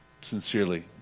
sincerely